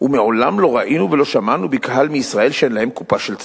ו"מעולם לא ראינו ולא שמענו בקהל מישראל שאין להם קופה של צדקה".